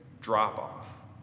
drop-off